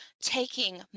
taking